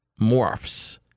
morphs